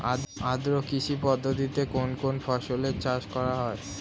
আদ্র কৃষি পদ্ধতিতে কোন কোন ফসলের চাষ করা হয়?